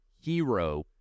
hero